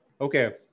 Okay